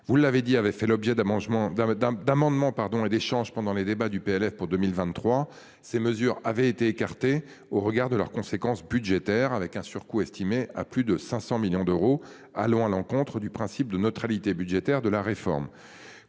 Vous l'avez dit, avait fait l'objet d'amendements. D'amendements pardon et d'échanges pendant les débats du PLF pour 2023. Ces mesures avaient été écartée au regard de leurs conséquences budgétaires avec un surcoût estimé à plus de 500 millions d'euros. Allons à l'encontre du principe de neutralité budgétaire de la réforme